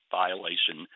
violation